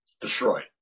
destroyed